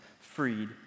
freed